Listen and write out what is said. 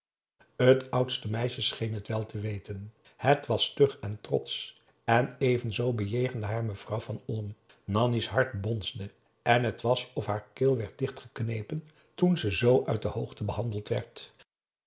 t oudste meisje scheen t wèl te weten het was stug en trotsch en evenzoo bejegende haar mevrouw van olm nanni's hart bonsde en t was of haar keel werd dichtgeknepen toen ze zoo uit de hoogte behandeld werd